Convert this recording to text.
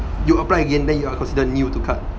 you apply again then you are considered new to card